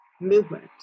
movement